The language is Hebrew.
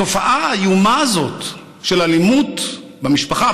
התופעה האיומה הזאת של אלימות במשפחה,